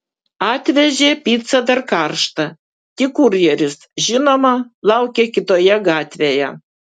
atvežė picą dar karštą tik kurjeris žinoma laukė kitoje gatvėje